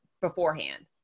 beforehand